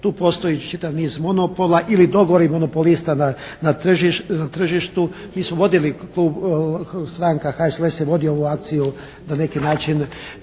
tu postoji čitav niz monopola ili dogovori monopolista na tržištu gdje su vodili, stranka HSLS-a je vodio ovu akciju na neki način